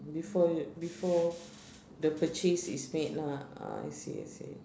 before you before the purchase is made lah ah I see I see